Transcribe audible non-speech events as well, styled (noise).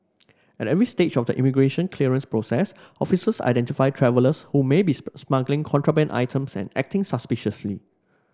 at every stage of the immigration clearance process officers identify travellers who may be (unintelligible) smuggling contraband items and acting suspiciously